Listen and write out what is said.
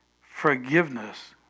Forgiveness